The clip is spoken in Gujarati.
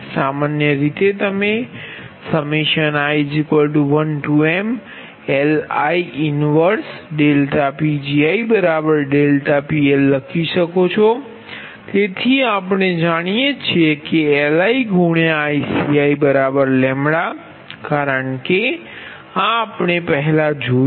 સામાન્ય રીતે તમે i 1mLi 1∆Pgi ∆PL લખી શકો છો તેથી આપણે જાણીએ છીએ કે LiICi λ કારણ કે આ આપણે પહેલાં જોયું છે